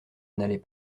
n’allait